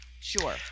sure